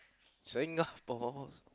Singapore